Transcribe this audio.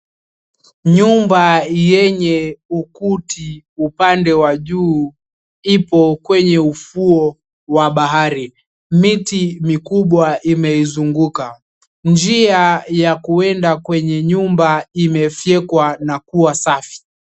Nyumba yenye ukuti upande wa juu ipo kwenye ufuo wa bahari, miti mikubwa imeizunguka njia ya kwenda kwenye nyumba imefyekwa na kuwa safi.